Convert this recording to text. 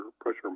pressure